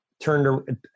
turned